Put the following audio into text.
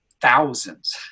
Thousands